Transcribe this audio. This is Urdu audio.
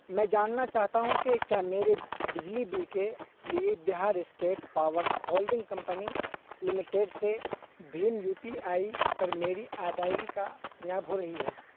میں جاننا چاہتا ہوں کہ کیا میرے بجلی بل کے لیے Bihar state power holding company limited سے بھیم یو پی آئی پر میری ادائیگی کامیاب ہو رہی ہے